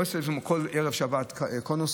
לא ישימו שם כל ערב שבת קונוסים,